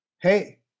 Hey